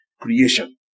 creation